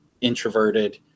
introverted